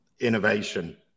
innovation